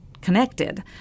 connected